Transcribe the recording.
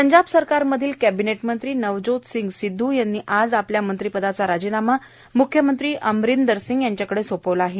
पंजाब सरकारमधले कॅबिनेट मंत्री नवज्योत सिंग सिध्दू यांनी आज आपल्या मंत्रीपदाचा राजीनामा मुख्यमंत्री अमरिंदर सिंग यांच्याकडे सोपवला आहे